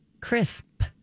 Crisp